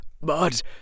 But